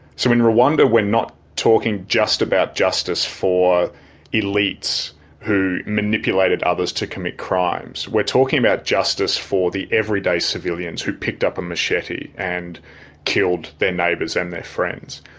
so in rwanda we're not talking just about justice for elites who manipulated others to commit crimes. we're talking about justice for the everyday civilians who picked up a machete and killed their neighbours and their friends.